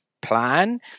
plan